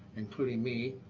including me.